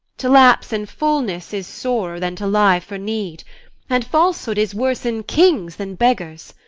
to lapse in fulness is sorer than to lie for need and falsehood is worse in kings than beggars.